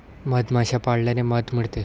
मधमाश्या पाळल्याने मध मिळते